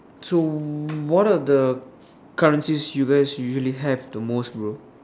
so what are the currencies you guys usually have the most bro